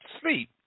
sleep